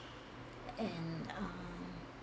and um